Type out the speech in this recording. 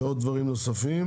ועוד דברים נוספים.